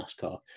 NASCAR